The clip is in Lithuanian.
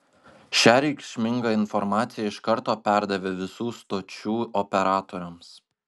šią reikšmingą informaciją iš karto perdavė visų stočių operatoriams